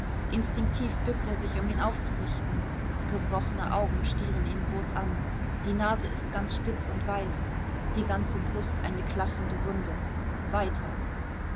instinktiv bückt er sich um ihn aufzurichten gebrochene augen stieren ihn groß an die nase ist ganz spitz und weiß die ganze brust eine klaffende wunde weiter